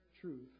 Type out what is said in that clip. Truth